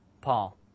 Paul